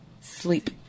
Sleep